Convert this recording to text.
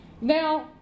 Now